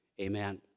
Amen